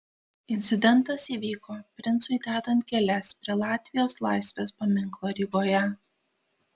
incidentas įvyko princui dedant gėles prie latvijos laisvės paminklo rygoje